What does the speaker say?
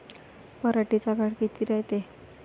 पराटीचा काळ किती रायते?